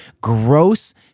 gross